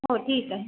हो ठीक आहे